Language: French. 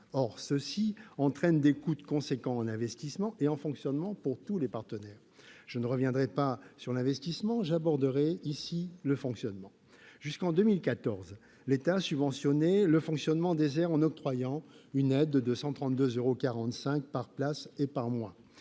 Or cela entraîne des coûts conséquents, en investissement et en fonctionnement, pour tous les partenaires. Je ne reviendrai pas sur l'investissement et n'aborderai ici que le fonctionnement. Jusqu'en 2014, l'État subventionnait le fonctionnement des aires, en octroyant une aide de 132,45 euros par place et par mois.